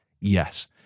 yes